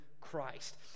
Christ